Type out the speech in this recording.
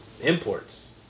imports